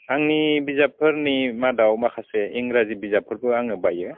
आंनि बिजाबफोरनि मादाव माखासे इंराजी बिजाबफोरबो आङो बायो